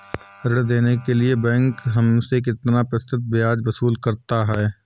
ऋण देने के लिए बैंक हमसे कितना प्रतिशत ब्याज वसूल करता है?